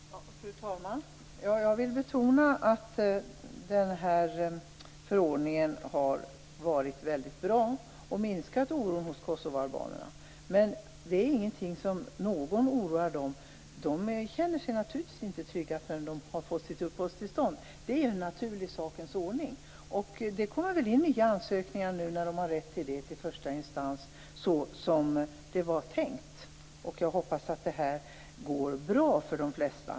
Fru talman! Jag vill betona att den här förordningen har varit väldigt bra och har minskat oron hos kosovoalbanerna. Men det är inte så att någon oroar dem. De känner sig naturligtvis inte trygga förrän de har fått sitt uppehållstillstånd. Det är en naturlig sakernas ordning. Det kommer nu in nya ansökningar när de har rätt till det i första instans såsom det var tänkt. Jag hoppas att det går bra för de flesta.